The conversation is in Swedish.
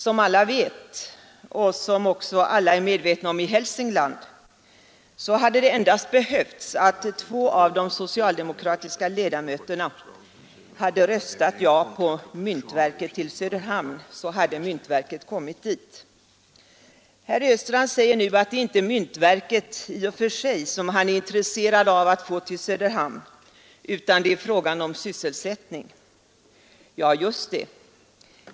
Som alla vet, och som också alla är medvetna om i Hälsingland, hade det endast behövts att två av de socialdemokratiska ledamöterna hade röstat för myntverkets placering i Söderhamn; då hade myntverket kommit dit. Herr Östrand säger nu att det inte är myntverket i och för sig som han är intresserad av att få till Söderhamn, utan att det är en fråga om sysselsättning. Ja, just det!